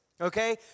Okay